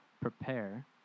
prepare